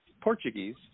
Portuguese